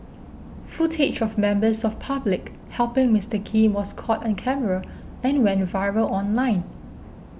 footage of members of public helping Mister Kim was caught on camera and went viral online